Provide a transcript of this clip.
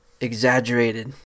exaggerated